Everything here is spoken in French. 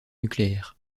nucléaires